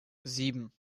sieben